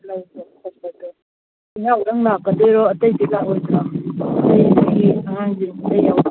ꯂꯧꯕ ꯈꯣꯠꯄꯗꯣ ꯏꯅꯥꯎꯗꯪ ꯂꯥꯛꯀꯗꯣꯏꯔꯣ ꯑꯇꯩꯗꯤ ꯂꯥꯛꯑꯣꯏꯗ꯭ꯔꯣ